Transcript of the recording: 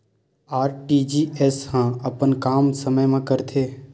RTGS ह अपन काम समय मा करथे?